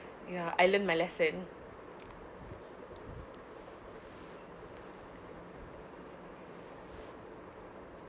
ya I learned my lesson